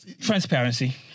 Transparency